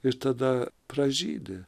ir tada pražydi